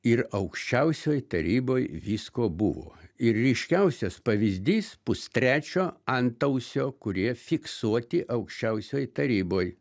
ir aukščiausioj taryboj visko buvo ir ryškiausias pavyzdys pustrečio antausio kurie fiksuoti aukščiausioj taryboj